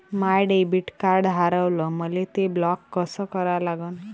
माय debit card हारवलं, मले ते ब्लॉक कस करा लागन?